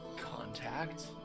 contact